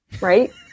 right